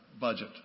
budget